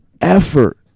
effort